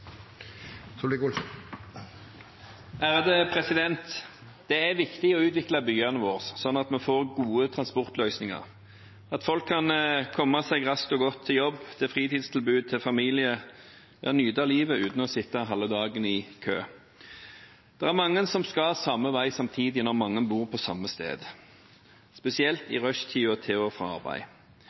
Det er viktig å utvikle byene våre sånn at vi får gode transportløsninger, at folk kan komme seg raskt og godt til jobb, til fritidstilbud, til familie og nyte livet uten å sitte halve dagen i kø. Det er mange som skal samme vei samtidig, når mange bor på samme sted, spesielt i rushtiden til og